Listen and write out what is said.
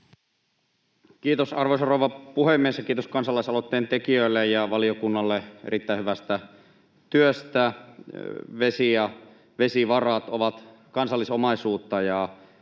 Kiitos, arvoisa rouva puhemies! Kiitos kansalaisaloitteen tekijöille ja valiokunnalle erittäin hyvästä työstä. Vesi ja vesivarat ovat kansallisomaisuutta,